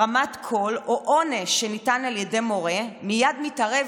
הרמת קול או עונש שניתן על ידי מורה מייד מתערב